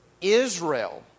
Israel